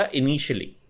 initially